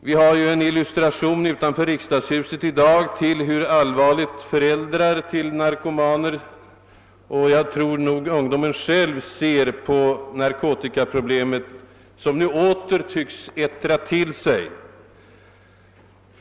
Vi har ju en illustration utanför riksdagshuset i dag till hur allvarligt föräldrar till narkomaner — och jag tror nog även ungdomen själv — ser på narkotikaproblemet, som nu åter tycks ettra till sig.